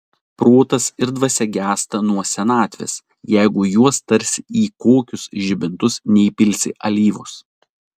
protas ir dvasia gęsta nuo senatvės jeigu į juos tarsi į kokius žibintus neįpilsi alyvos